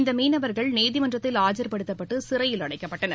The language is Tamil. இந்த மீனவர்கள் நீதிமன்றத்தில் ஆஜர்படுத்தப்பட்டு சிறையில் அடைக்கப்பட்டனர்